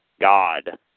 God